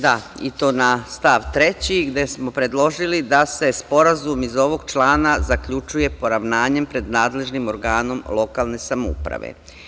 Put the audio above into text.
Da i to na stav 3, gde smo predložili da se sporazum iz ovog člana zaključuje poravnanjem pred nadležnim organom lokalne samouprave.